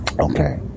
Okay